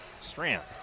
Strand